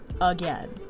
again